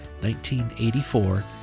1984